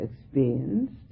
experienced